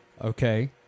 Okay